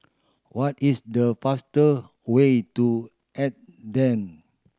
what is the faster way to Athen